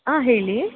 ಆಂ ಹೇಳಿ